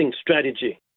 strategy